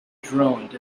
droned